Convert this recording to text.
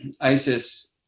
Isis